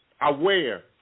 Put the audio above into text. aware